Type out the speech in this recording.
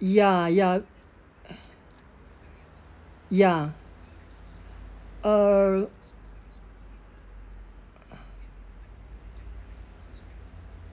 ya ya ya uh